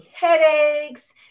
headaches